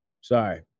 Sorry